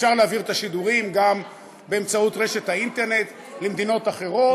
אפשר להעביר את השידורים גם באמצעות רשת האינטרנט למדינות אחרות,